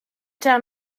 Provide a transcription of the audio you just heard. down